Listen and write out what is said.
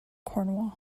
cornwall